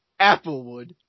applewood